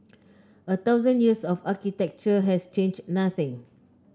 a thousand years of architecture has changed nothing